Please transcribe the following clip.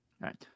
right